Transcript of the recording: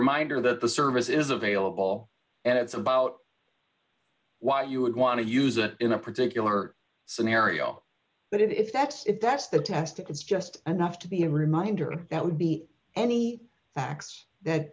reminder that the service is available and it's about why you would want to use it in a particular scenario but if that's if that's the test it's just enough to be a reminder that would be any facts that